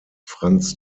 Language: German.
franz